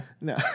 no